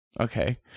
Okay